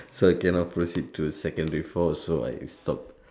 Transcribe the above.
so I cannot proceed to secondary four so I stopped